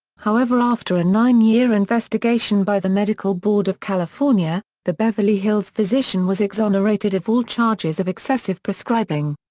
however after a nine-year investigation by the medical board of california, the beverly hills physician was exonerated of all charges of excessive prescribing.